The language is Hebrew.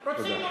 רוצים,